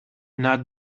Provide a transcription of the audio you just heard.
not